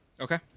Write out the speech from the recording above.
Okay